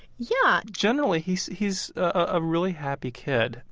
yeah generally, he's he's a really happy kid.